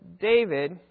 David